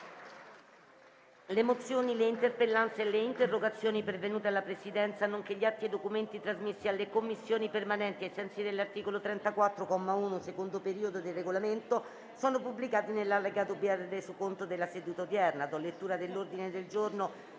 Le mozioni, le interpellanze e le interrogazioni pervenute alla Presidenza, nonché gli atti e i documenti trasmessi alle Commissioni permanenti ai sensi dell'articolo 34, comma 1, secondo periodo, del Regolamento sono pubblicati nell'allegato B al Resoconto della seduta odierna.